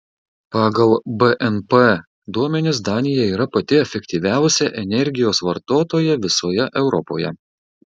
pagal bnp duomenis danija yra pati efektyviausia energijos vartotoja visoje europoje